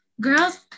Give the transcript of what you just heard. girls